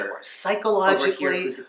psychologically